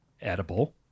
edible